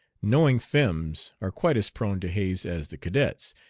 knowing femmes are quite as prone to haze as the cadets,